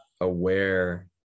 aware